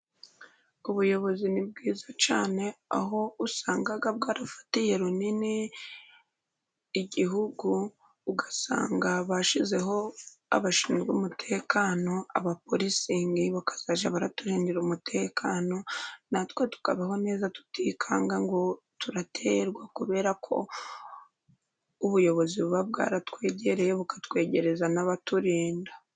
Ubuyobozi ni bwiza cyane aho usanga bwarafatiye runini Igihugu, ugasanga bashyizeho abashinzwe umutekano abapolisi bakazajya baturindira umutekano. Natwe tukabaho neza tutikanga ngo turaterwa kubera ko ubuyobozi buba bwaratwegereye bukatwegereza n'abaturinda.